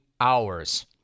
hours